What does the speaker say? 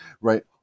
right